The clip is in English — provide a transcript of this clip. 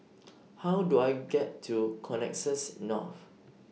How Do I get to Connexis North